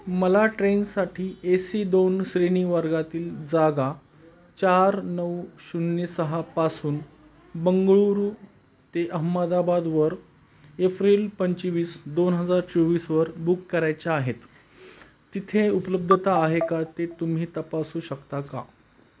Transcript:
मला ट्रेनसाठी A C दोन श्रेणी वर्गातील जागा चार नऊ शून्य सहापासून बंगळूरू ते अहमदाबादवर एप्रिल पंचवीस दोन हजार चोवीसवर बुक करायच्या आहेत तिथे उपलब्धता आहे का ते तुम्ही तपासू शकता का